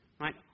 right